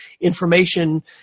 information